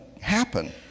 happen